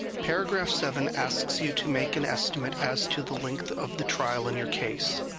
paragraph seven asks you to make an estimate as to the length of the trial in your case.